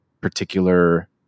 particular